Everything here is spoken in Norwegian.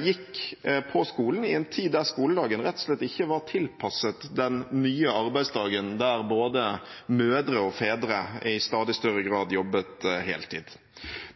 gikk på skolen i en tid da skoledagen rett og slett ikke var tilpasset den nye arbeidsdagen, der både mødre og fedre i stadig større grad jobbet heltid.